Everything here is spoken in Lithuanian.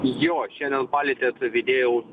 jo šiandien palietėt vydėjau